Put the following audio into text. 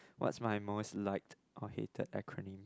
what's my most liked or hated acronym